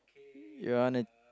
you wanna